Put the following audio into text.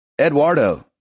Eduardo